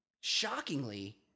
shockingly